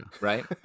right